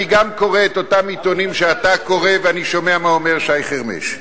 אני גם קורא את אותם עיתונים שאתה קורא ואני שומע מה אומר שי חרמש.